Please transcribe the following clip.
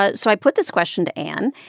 ah so i put this question to anne,